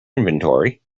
inventory